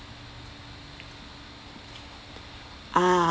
ah